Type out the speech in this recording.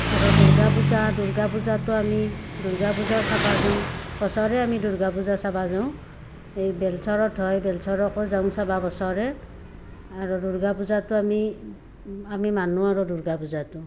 আৰু দুৰ্গা পূজা দুৰ্গা পূজটো আমি দুৰ্গা পূজা চাব যাওঁ বছৰে আমি দুৰ্গা পূজা চাব যাওঁ এই বেলচৰত হয় বেলচৰতো যাওঁ চাব বছৰে আৰু দুৰ্গা পূজাটো আমি আমি মানো আৰু দুৰ্গা পূজাটো